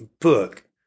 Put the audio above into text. book